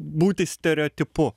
būti stereotipu